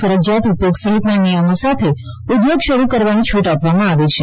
ફરજિયાત ઉપયોગ સહિતના નિયમો સાથે ઉદ્યોગો શરૂ કરવાની છૂટ આપવામાં આવી છે